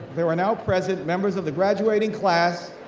there are now present members of the graduating class,